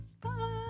Bye